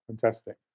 Fantastic